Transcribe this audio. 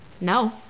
no